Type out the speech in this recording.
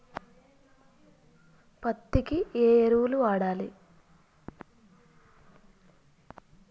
పత్తి కి ఏ ఎరువులు వాడాలి?